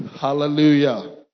Hallelujah